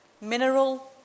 Mineral